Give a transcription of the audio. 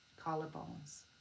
collarbones